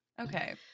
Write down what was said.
Okay